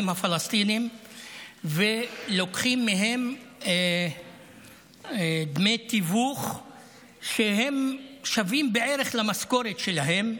הפלסטינים ולוקחים מהם דמי תיווך ששווים בערך למשכורת שלהם.